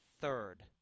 Third